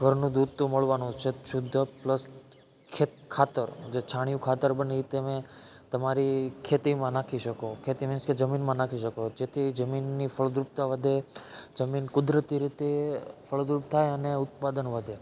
ઘરનું દૂધ તો મળવાનું છે શુદ્ધ પ્લસ ખે ખાતર જે છાણીયું ખાતર બને ઈ તમે તમારી ખેતીમાં નાખી શકો ખેતી મિન્સ કે જમીનમાં નાખી શકો જેથી જમીનની ફળદ્રુપતા વધે જમીન કુદરતી રીતે ફળદ્રુપ થાય અને ઉત્પાદન વધે